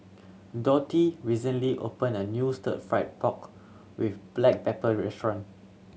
Dottie recently opened a new Stir Fried Pork With Black Pepper restaurant